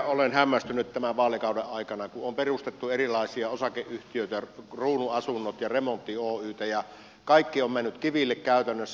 olen hämmästellyt tämän vaalikauden aikana kun on perustettu erilaisia osakeyhtiöitä kuten kruunuasunnot ja remontti oy ja kaikki on mennyt kiville käytännössä